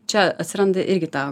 čia atsiranda irgi ta